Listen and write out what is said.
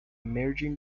merging